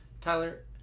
Tyler